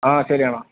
ಹಾಂ ಸರಿ ಅಣ್ಣ